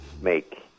make